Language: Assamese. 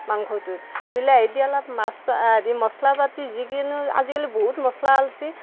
মাংসটোত বিলাহী দি অলপ মাছ হেৰি মছলা পাতি যিকোনো আজিকালি বহুত মাছলা ওলছে